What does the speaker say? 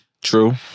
True